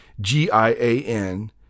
g-i-a-n